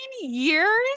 years